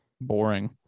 Boring